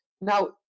Now